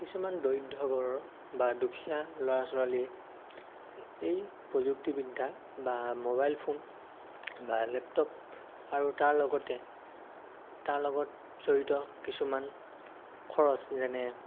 কিছুমান দৰিদ্ৰ ঘৰৰ বা দুখীয়া ল'ৰা ছোৱালীয়ে এই প্ৰযুক্তিবিদ্যা বা ম'বাইল ফোন বা লেপটপ আৰু তাৰ লগতে তাৰ লগত জড়িত কিছুমান খৰছ যেনে